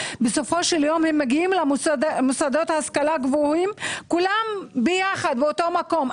בסופו של יום הם מגיעים למוסדות להשכלה גבוהה כולם ביחד באותו מקום,